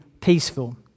peaceful